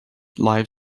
live